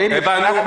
רועי, הבנו.